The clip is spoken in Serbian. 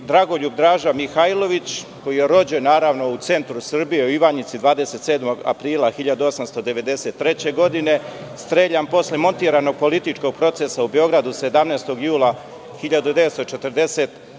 Dragoljub Draža Mihajlović, koji je rođen u centru Srbije, u Ivanjici 27. aprila 1893. godine, streljan je posle montiranog političkog procesa u Beogradu 17. jula 1946.